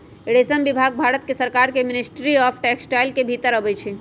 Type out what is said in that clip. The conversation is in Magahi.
रेशम विभाग भारत सरकार के मिनिस्ट्री ऑफ टेक्सटाइल के भितर अबई छइ